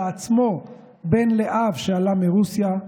בעצמו בן לאב שעלה מרוסיה,